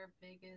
biggest